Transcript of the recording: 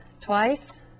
twice